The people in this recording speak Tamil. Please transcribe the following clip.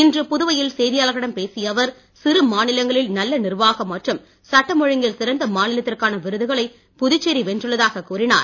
இன்று புதுவையில் செய்தியாளர்களிடம் பேசிய அவர் சிறு மாநிலங்களில் நல்ல நிர்வாகம் மற்றும் சட்டம் ஒழுங்கில் சிறந்த மாநிலத்திற்கான விருதுகளை புதுச்சேரி வென்றுள்ளதாகக் கூறினார்